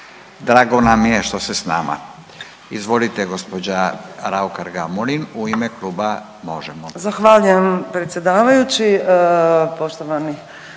Drago nam je što ste s nama. Izvolite gospođa Raukar Gamulin u ime kluba Možemo.